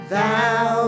Thou